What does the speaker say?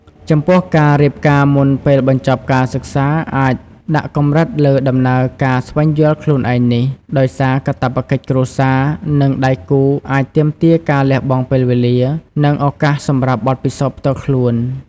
ចំពោះការរៀបការមុនពេលបញ្ចប់ការសិក្សាអាចដាក់កម្រិតលើដំណើរការស្វែងយល់ខ្លួនឯងនេះ ដោយសារកាតព្វកិច្ចគ្រួសារ និងដៃគូអាចទាមទារការលះបង់ពេលវេលា និងឱកាសសម្រាប់បទពិសោធន៍ផ្ទាល់ខ្លួន។